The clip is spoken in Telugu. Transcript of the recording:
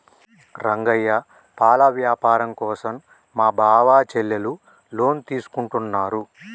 రంగయ్య పాల వ్యాపారం కోసం మా బావ చెల్లెలు లోన్ తీసుకుంటున్నారు